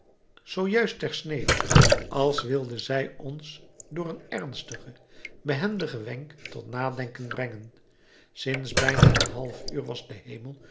zoo juist ter snede als wilde zij ons door een ernstigen behendigen wenk tot nadenken brengen sinds bijna een half uur was de hemel